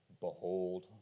behold